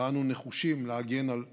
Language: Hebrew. ואנו נחושים להגן על אזרחינו,